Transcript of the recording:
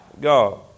God